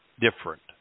different